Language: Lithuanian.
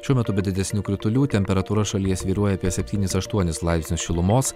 šiuo metu be didesnių kritulių temperatūra šalyje svyruoja apie septynis aštuonis laipsnius šilumos